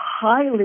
highly